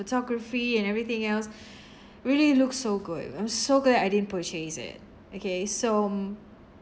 photography and everything else really looks so good I'm so glad I didn't purchase it okay so mm